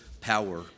power